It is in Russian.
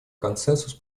консенсус